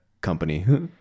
company